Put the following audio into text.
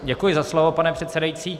Děkuji za slovo, pane předsedající.